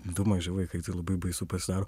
du maži vaikai tai labai baisu pasidaro